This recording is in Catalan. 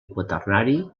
quaternari